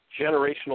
generational